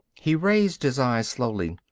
he raised his eyes slowly.